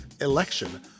ELECTION